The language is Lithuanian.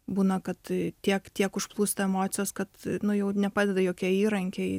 būna kad tiek tiek užplūsta emocijos kad nu jau nepadeda jokie įrankiai